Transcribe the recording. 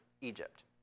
Egypt